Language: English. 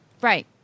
Right